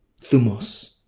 Thumos